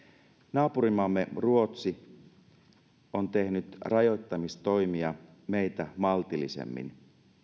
naapurimaamme ruotsi on tehnyt rajoittamistoimia meitä maltillisemmin